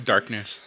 Darkness